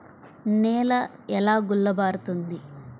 నేల ఎలా గుల్లబారుతుంది?